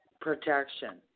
protection